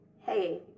hey